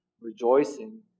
Rejoicing